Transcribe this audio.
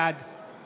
בעד